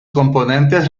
componentes